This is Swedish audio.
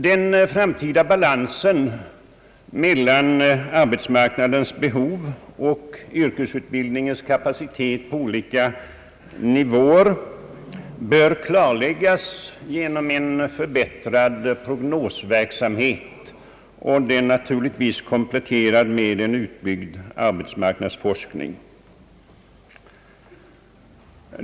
Den framtida balansen mellan arbetsmarknadens behov och yrkesutbildningens kapacitet på olika nivåer bör klarläggas genom en förbättrad prognosverksamhet, naturligtvis kompletterad med en utbyggd arbetsmarknadsforskning.